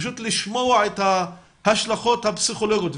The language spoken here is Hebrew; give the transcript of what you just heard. פשוט לשמוע את ההשלכות הפסיכולוגיות,